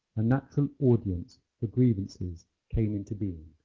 a natural audience for grievances came into being.